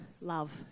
love